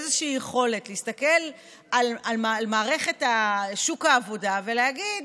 איזושהי יכולת להסתכל על מערכת שוק העבודה ולהגיד: